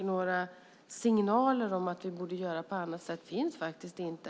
Några signaler om att vi borde göra på annat sätt finns faktiskt inte.